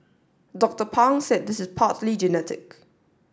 Doctor Pang said this is partly genetic